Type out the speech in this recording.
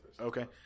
Okay